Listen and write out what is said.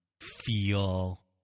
feel